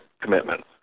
commitments